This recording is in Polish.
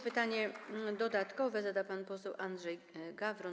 Pytanie dodatkowe zada pan poseł Andrzej Gawron.